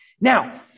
Now